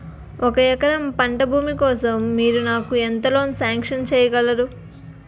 ఒక ఎకరం పంట భూమి కోసం మీరు నాకు ఎంత లోన్ సాంక్షన్ చేయగలరు?